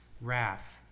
wrath